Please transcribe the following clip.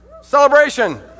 celebration